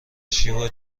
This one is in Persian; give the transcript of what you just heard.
شیوا